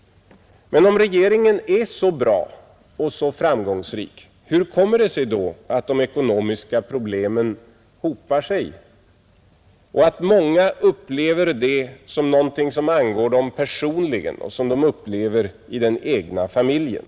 Men om regeringen är så bra och så framgångsrik, hur kommer det sig då att de ekonomiska problemen hopar sig och att många upplever problemen som någonting som angår dem personligen och som ingriper i den egna familjen?